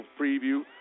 preview